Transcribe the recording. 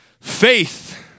Faith